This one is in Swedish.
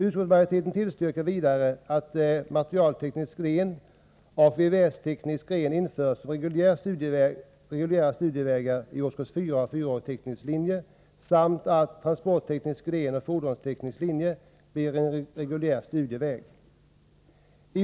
Utskottet tillstyrker vidare att materialteknisk gren och VVS-teknisk gren införs såsom reguljära studievägar i årskurs 4 av fyraårig teknisk linje samt att transportteknisk gren av fordonsteknisk linje blir en reguljär studieväg.